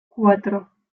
cuatro